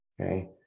Okay